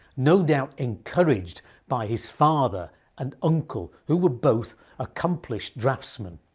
no doubt encouraged by his father and uncle who were both accomplished draughtsmen.